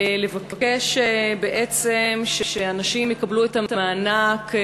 (תיקון, הקדמת מועד תשלום המענק),